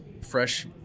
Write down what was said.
fresh